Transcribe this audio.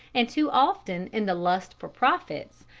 and too often in the lust for profits,